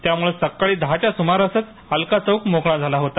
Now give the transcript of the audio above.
त्यामुळे सकाळी दहाच्या सुमारासच अलका चौक मोकळा झाला होता